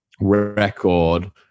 record